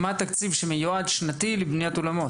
מה התקציב השנתי שמיועד לבניית אולמות?